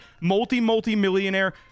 multi-multi-millionaire